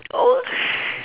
oh